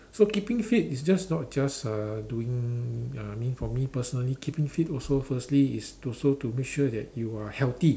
so keeping fit is just not just uh doing I mean for me personally keeping fit also firstly is also to make sure that you are healthy